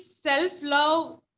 self-love